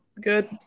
good